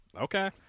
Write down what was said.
Okay